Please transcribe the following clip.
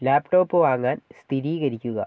laptop വാങ്ങാൻ സ്ഥിരീകരിക്കുക